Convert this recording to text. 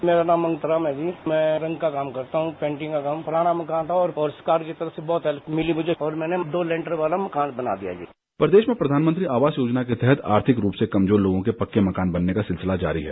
मेरा नाम अंतराम है जी मैं रंग का काम करता हूं पेंटिंग का काम पुराना मकान था और सरकार की तरफ से बहुत हेल्प मिली मुझे और मैंने दो लेंटर वाला मकान बना लिया है जी देश में प्रधानमंत्री आवास योजना के तहत आर्थिक रूप से कमजोर लोगों के पक्के मकान बनने का सिलसिला जारी है